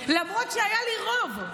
למרות שהיה לי רוב.